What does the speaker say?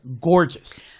Gorgeous